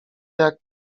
jak